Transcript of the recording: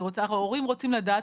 ההורים רוצים לדעת.